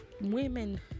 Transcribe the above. women